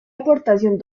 aportación